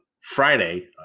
Friday